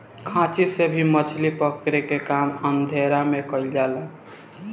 खांची से भी मछली पकड़े के काम अंधेरा में कईल जाला